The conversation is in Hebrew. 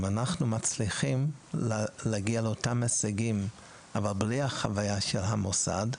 אם אנחנו מצליחים להגיע לאותם הישגים אבל בלי החוויה של המוסד,